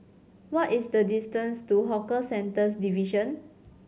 what is the distance to Hawker Centres Division